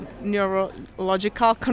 Neurological